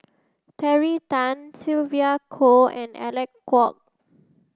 Terry Tan Sylvia Kho and Alec Kuok